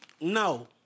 No